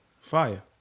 Fire